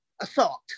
assault